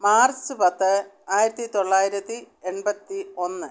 March പത്ത് ആയിരത്തി തൊള്ളായിരത്തി എൺപത്തി ഒന്ന്